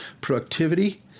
productivity